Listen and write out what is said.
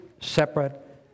separate